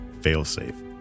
fail-safe